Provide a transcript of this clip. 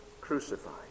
crucified